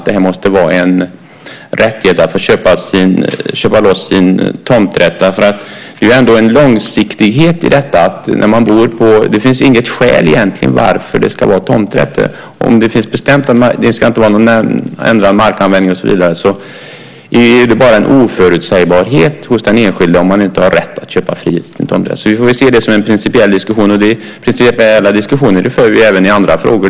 Det måste vara en rättighet att få köpa loss sin tomträtt. Det är en långsiktighet i detta. Det finns egentligen inget skäl till varför det ska vara tomträtter. Om det är bestämt att det inte ska vara någon ändrad markanvändning är det bara en oförutsägbarhet för den enskilda om man inte har rätt att köpa fri sin tomträtt. Vi får se det som en principiell diskussion. Vi för även principiella diskussioner i andra frågor.